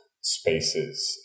spaces